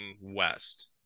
west